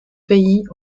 pays